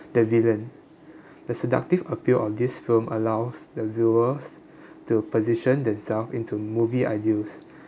the villain the seductive appeal of this film allows the viewers to position themselves into movie ideals